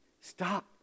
stop